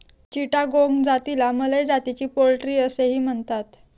चिटागोंग जातीला मलय जातीची पोल्ट्री असेही म्हणतात